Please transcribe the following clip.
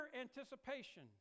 anticipation